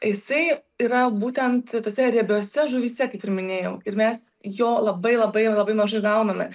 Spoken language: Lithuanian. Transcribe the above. jisai yra būtent tose riebiose žuvyse kaip ir minėjau ir mes jo labai labai labai mažai gauname